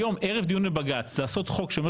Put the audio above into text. היום ערב דיון בבג"צ לעשות חוק שאומר